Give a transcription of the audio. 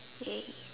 !yay!